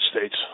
States